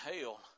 hell